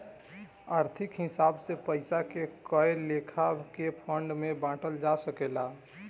आर्थिक हिसाब से पइसा के कए लेखा के फंड में बांटल जा सकेला